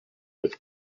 with